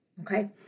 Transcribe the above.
okay